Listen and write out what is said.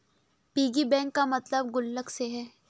piggy bank का मतलब गुल्लक से है